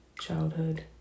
childhood